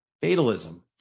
Fatalism